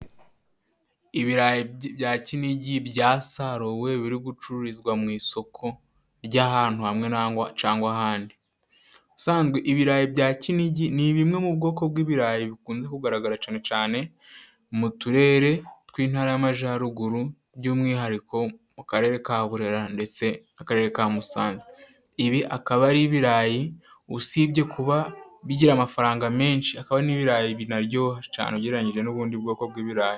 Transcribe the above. Ibirayi bya kinigi byasaruwe biri gucururizwa mu isoko ry'ahantu hamwe cangwa ahandi. Ibirayi bya kinigi ni bimwe mu bwoko bw'ibirayi bikunze kugaragara cane cane mu turere tw'intara y'amajyaruguru, by'umwihariko mu karere ka Burera ndetse n' akarere ka Musanze. Ibi akaba ari ibirayi usibye kuba bigira amafaranga menshi, akaba n'ibirayi binaryoha cane ugereranyije n'ubundi bwoko bw'ibirayi.